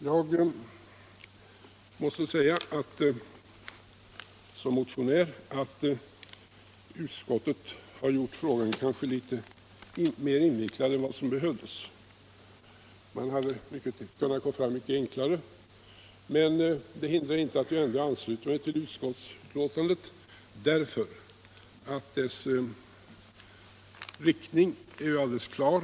Jag måste som motionär säga att utskottet kanske har gjort frågan litet mer invecklad än som behövs; man hade kunnat gå fram mycket enklare. Det hindrar emellertid inte att jag ändå ansluter mig till utskottsbetänkandet därför att dess riktning är alldeles klar.